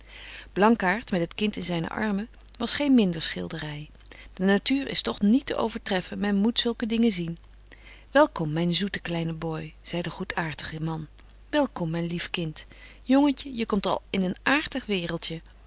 blankaart met het kind in zyne armen was geen minder schildery de natuur is toch niet te overtreffen men moet zulke dingen zien welkom myn zoete kleine boy zei de goedaartige man welkom myn lief kind jongetje je komt al in een aartig waereldje